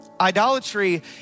Idolatry